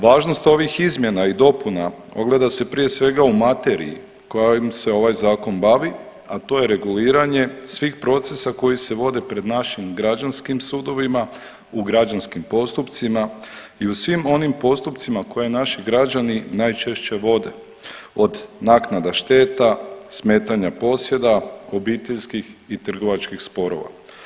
Važnost ovih izmjena i dopuna ogleda se prije svega u materiji kojom se ovaj zakon bavi, a to je reguliranje svih procesa koji se vode pred našim građanskim sudovima, u građanskim postupcima i u svim onim postupcima koje naši građani najčešće vode od naknada šteta, smetanja posjeda, obiteljskih i trgovačkih sporova.